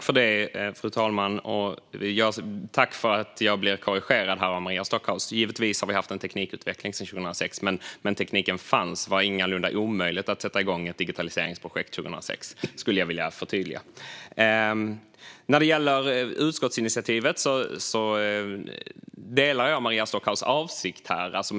Fru talman! Jag tackar för att jag blev korrigerad av Maria Stockhaus. Givetvis har vi haft en teknikutveckling sedan 2006. Tekniken fanns dock - det var ingalunda omöjligt att sätta igång ett digitaliseringsprojekt 2006, skulle jag vilja förtydliga. När det gäller utskottsinitiativet delar jag Maria Stockhaus avsikt.